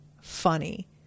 funny